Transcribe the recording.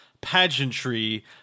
pageantry